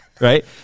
right